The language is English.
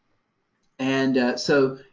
and so,